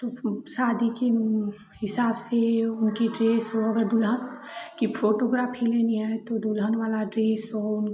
तो फो शादी के उन हिसाब से उनके ड्रेस को अगर दूल्हा की फोटोग्राफी लेनी है तो दुल्हन वाला ड्रेस और